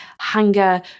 hunger